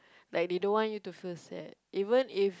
like they don't want you to feel sad even if